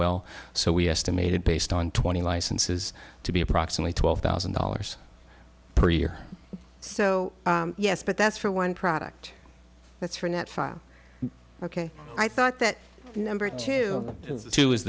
well so we estimated based on twenty licenses to be approximately twelve thousand dollars per year so yes but that's for one product that's for net five ok i thought that number two two